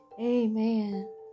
Amen